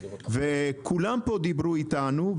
כולם פה דיברו איתנו,